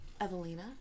Evelina